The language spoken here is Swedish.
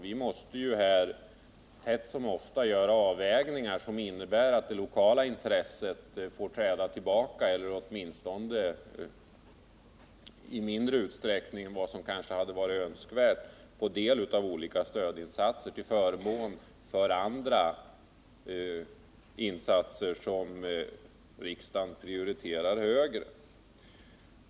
Vi måste ju allt som oftast göra avvägningar som innebär att det lokala intresset får träda tillbaka eller åtminstone i mindre utsträckning än vad som eljest varit önskvärt få del av olika stödinsatser, till förmån för andra insatser som riksdagen prioriterar högre.